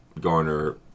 Garner